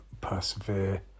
Persevere